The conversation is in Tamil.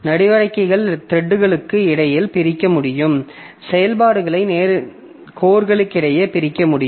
நடவடிக்கைகளை த்ரெட்களுக்கு இடையில் பிரிக்க முடியும் செயல்பாடுகளை கோர்களிடையே பிரிக்க முடியும்